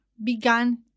began